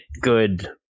good